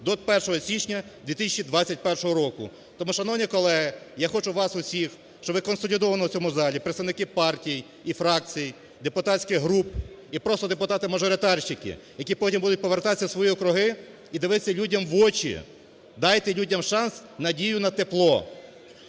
до 1 січня 2021 року. Тому, шановні колеги, я хочу вас всіх, щоб ви консолідовано в цьому залі представники партій і фракцій, депутатських груп і просто депутати-мажоритарщики, які потім будуть повертатися в свої округи і дивитися людям в очі, дайте людям шанс надію на тепло,